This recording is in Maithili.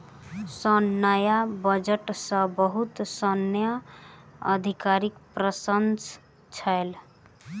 सैन्य बजट सॅ बहुत सैन्य अधिकारी प्रसन्न छल